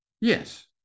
Yes